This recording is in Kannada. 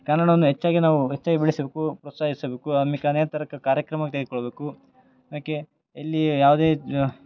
ಕನ್ನಡವನ್ನು ಹೆಚ್ಚಾಗೆ ನಾವು ಹೆಚ್ಚಾಯ್ ಬಳಸಬೇಕು ಪ್ರೋತ್ಸಾಹಿಸಬೇಕು ಅಮ್ಯಾಕೆ ಅನೇತರಕ ಕಾರ್ಯಕ್ರಮ ಕೈಗೊಳ್ಬೇಕು ಅದಕ್ಕೆ ಎಲ್ಲಿ ಯಾವುದೇ ಜ್